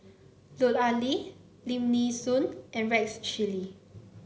Lut Ali Lim Nee Soon and Rex Shelley